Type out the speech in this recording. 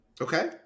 Okay